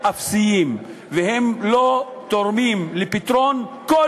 הם אפסיים והם לא תורמים לפתרון כל